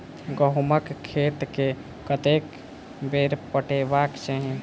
गहुंमक खेत केँ कतेक बेर पटेबाक चाहि?